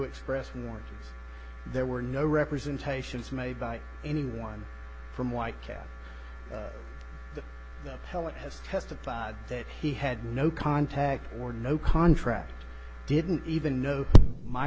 express words there were no representations made by anyone from white cap hell it has testified that he had no contact or no contract didn't even know my